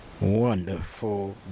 wonderful